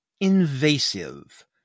invasive